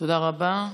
תודה רבה.